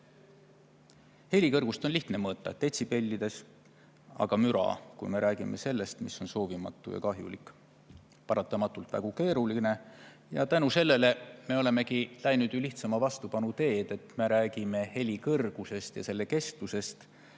Heli kõrgust on lihtne mõõta, detsibellides, aga müra, kui me räägime sellest, mis on soovimatu või kahjulik, on paratamatult väga keeruline [mõõta]. Selle tõttu me olemegi läinud lihtsama vastupanu teed ja räägime heli kõrgusest ja selle kestusest